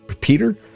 Peter